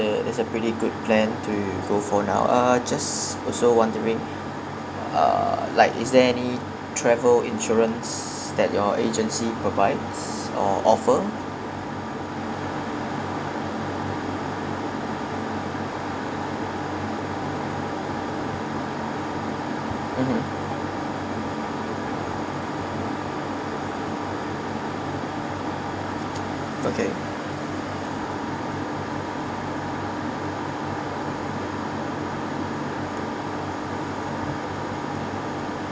that's a pretty good plan to go for now uh just also wondering uh like is there any travel insurance that your travel agency provides or offer mmhmm okay